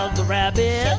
ah the rabbit,